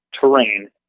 terrain